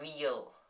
real